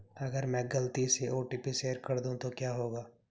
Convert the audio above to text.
अगर मैं गलती से ओ.टी.पी शेयर कर दूं तो क्या होगा?